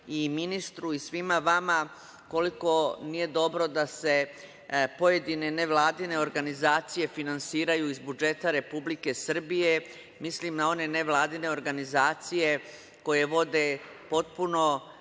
i ministru i svima vama koliko nije dobro da se pojedinenevladine organizacije finansiraju iz budžeta Republike Srbije, mislim na one nevladine organizacije koje vode potpuno